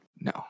No